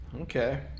Okay